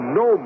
no